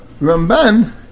Ramban